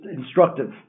instructive